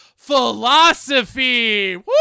philosophy